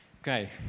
Okay